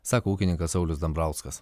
sako ūkininkas saulius dambrauskas